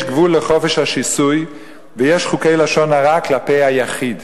גבול לחופש השיסוי ויש חוקי לשון הרע כלפי היחיד.